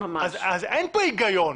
אין פה היגיון.